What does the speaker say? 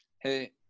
Hey